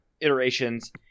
iterations